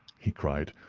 he cried,